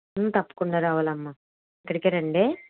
తప్పకుండా రావాలమ్మ ఇక్కడికే రండి ఎం